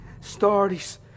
Stories